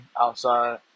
outside